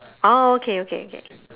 oh okay okay okay